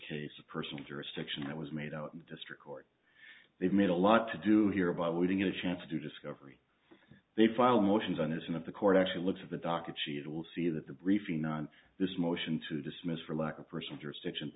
case of personal jurisdiction that was made out in the district court they've made a lot to do here by waiting a chance to do discovery they filed motions on his and at the court actually looks of the docket sheet will see that the briefing on this motion to dismiss for lack of personal jurisdiction